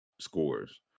scores